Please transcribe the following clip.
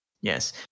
Yes